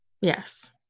Yes